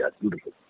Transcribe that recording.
beautiful